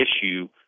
issue